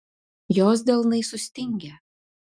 jos delnai sustingę